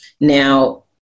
Now